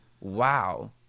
wow